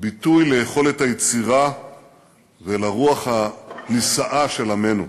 ביטוי ליכולת היצירה ולרוח הנישאה של עמנו.